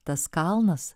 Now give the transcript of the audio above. tas kalnas